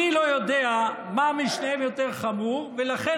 אני לא יודע מה משניהם יותר חמור ולכן